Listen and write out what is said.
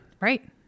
Right